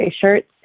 shirts